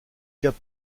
cap